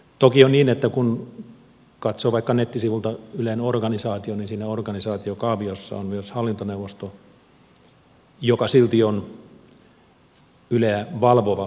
toki on niin että kun katsoo vaikka nettisivuilta ylen organisaatiota niin siinä organisaatiokaaviossa on myös hallintoneuvosto joka silti on yleä valvova elin